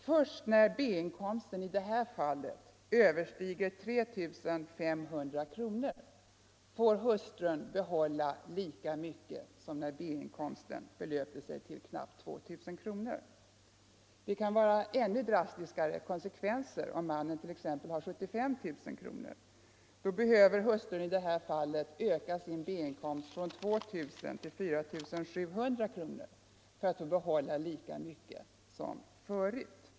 Först när B-inkomsten i detta fall överstiger 3 500 kronor får hustrun behålla lika mycket som när B-inkomsten belöpte sig till knappt 2000 kronor. Det kan bli ännu mera drastiska konsekvenser om mannen t.ex. har 75 000 kronor i inkomst. Då behöver hustrun i detta fall öka sin B-inkomst från 2000 till 4700 kronor för att få behålla lika mycket som förut.